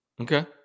Okay